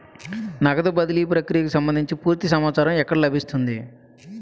నగదు బదిలీ ప్రక్రియకు సంభందించి పూర్తి సమాచారం ఎక్కడ లభిస్తుంది?